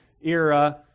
era